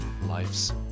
Life's